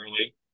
early